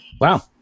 Wow